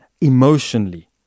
emotionally